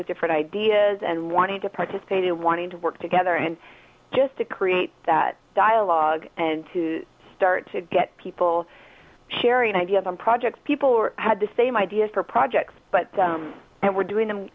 with different ideas and wanting to participate and wanting to work together and just to create that dialogue and to start to get people sharing ideas on projects people or had the same ideas for projects but and we're doing them